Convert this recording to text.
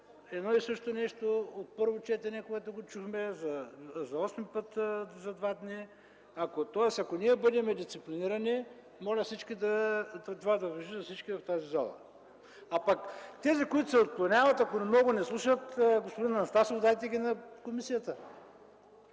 едно и също нещо от първо четене, което за два дни го чухме осем пъти. Тоест ако ние бъдем дисциплинирани, моля това да важи за всички в тази зала. А тези, които се отклоняват, ако много не слушат, господин Анастасов дайте ги на комисията